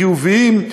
חיוביים,